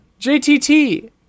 JTT